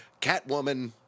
Catwoman